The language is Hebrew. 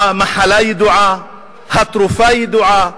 המחלה ידועה, התרופה ידועה.